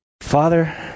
Father